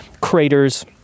craters